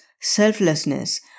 selflessness